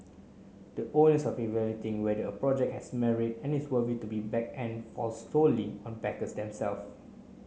the onus of evaluating whether a project has merit and is worthy to be backed and falls solely on backers themself